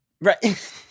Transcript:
Right